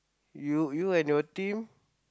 you you and your team